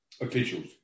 officials